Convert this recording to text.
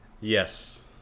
Yes